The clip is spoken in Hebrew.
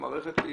ראש מערך סייבר.